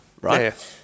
Right